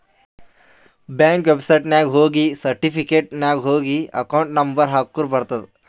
bank ವೆಬ್ಸೈಟ್ನಾಗ ಹೋಗಿ certificate ನಾಗ್ ಹೋಗಿ ಅಕೌಂಟ್ ನಂಬರ್ ಹಾಕುರ ಬರ್ತುದ್